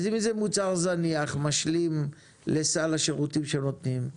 אם זה מוצר זניח שמשלים לסל השירותים שנותנים,